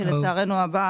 שלצערנו,